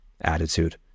attitude